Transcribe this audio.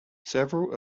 several